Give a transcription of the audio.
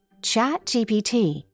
ChatGPT